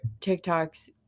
tiktoks